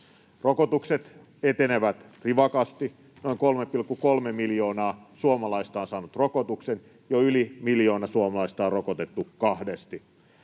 Rokotukset etenevät rivakasti; noin 3,3 miljoonaa suomalaista on saanut rokotuksen, jo yli miljoona suomalaista on rokotettu kahdesti.